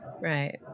Right